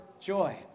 joy